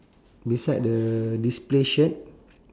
beside the display shirt